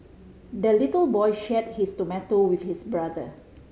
the little boy shared his tomato with his brother